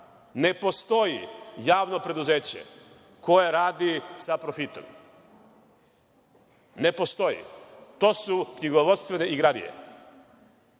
ne postoji javno preduzeće koje radi sa profitom. Ne postoji. To su knjigovodstvene igrarije.